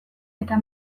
eta